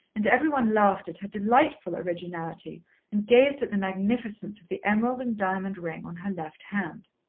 and every one laughed at her delightful originality and gazed at the magnificence of the emerald and diamond ring on her left hand.